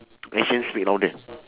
actions speak louder